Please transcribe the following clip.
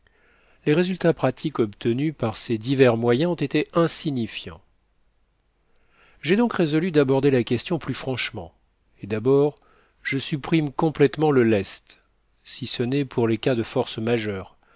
les résultats pratiques obtenus par ses divers moyens ont été insignifiants j'ai donc résolu d'aborder la question plus franchement et d'abord je supprime complètement le lest si ce nest pour les cas de force majeure